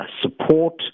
support